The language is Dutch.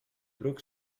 broek